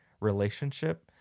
relationship